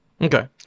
Okay